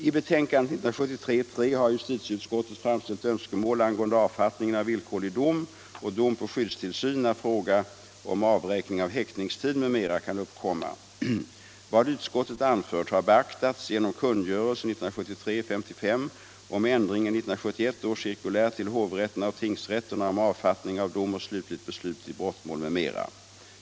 I betänkandet 1973:3 har justitieutskottet framställt önskemål angående avfattningen av villkorlig dom och dom på skyddstillsyn när fråga om avräkning av häktningstid m.m. kan uppkomma. Vad utskottet anfört har beaktats genom kungörelsen om ändring i 1971 års cirkulär till hovrätterna och tingsrätterna om avfattning av dom och slutligt beslut i brottmål, m.m.